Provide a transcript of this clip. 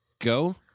go